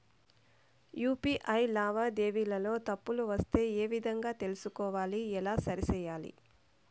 UPI లావాదేవీలలో తప్పులు వస్తే ఏ విధంగా తెలుసుకోవాలి? ఎలా సరిసేయాలి?